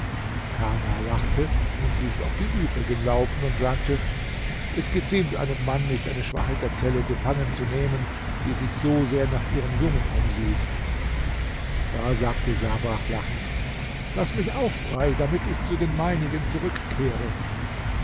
kana lachte und ließ auch die übrigen laufen und sagte es geziemt einem mann nicht eine schwache gazelle gefangen zu nehmen die sich so nach ihren jungen umsieht da sagte sabach lachend laß mich auch frei damit ich zu den meinigen zurückkehre